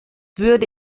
würde